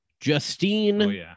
Justine